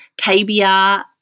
KBR